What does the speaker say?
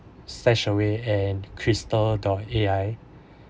stashaway and crystal dot A_I